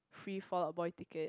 free Fall Out Boys ticket